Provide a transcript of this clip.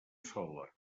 sola